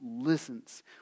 listens